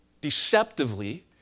deceptively